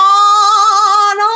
on